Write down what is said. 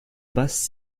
basse